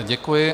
Děkuji.